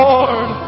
Lord